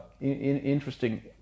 Interesting